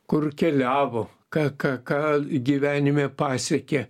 kur keliavo ką ką ką gyvenime pasiekė